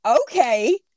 okay